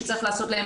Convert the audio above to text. שצריך לעשות להם,